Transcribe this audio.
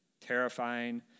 terrifying